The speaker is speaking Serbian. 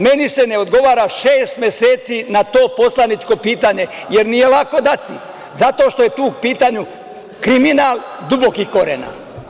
Meni se ne odgovara šest meseci na to poslaničko pitanje, jer nije lako dato zato što je tu u pitanju kriminal dubokih korena.